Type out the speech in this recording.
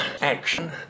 action